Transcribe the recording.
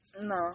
No